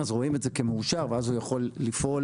רואים את זה כמאושר ואז הוא יכול לפעול.